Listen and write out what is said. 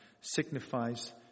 signifies